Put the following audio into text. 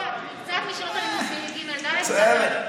מקצת משעות הלימוד של ג'-ד' בסדר.